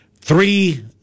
Three